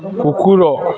କୁକୁର